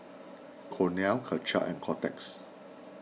Cornell Karcher and Kotex